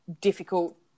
difficult